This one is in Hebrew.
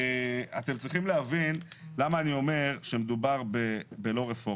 אתם צריכים להבין למה אני אומר שלא מדובר ברפורמה.